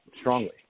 strongly